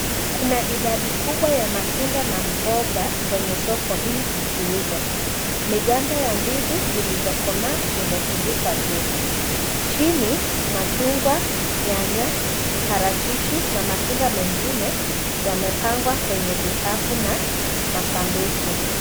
Kuna idadi kubwa ya matunda na mboga kwenye soko hili, zikiuzwa. Miganda ya ndizi zilizokomaa zimetundikwa juu. Chini, machungwa, nyanya, parachichi na matunda mengine yamepangwa kwenye vikapu na masanduku.